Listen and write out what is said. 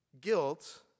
guilt